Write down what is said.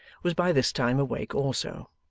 was by this time awake also.